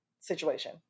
situation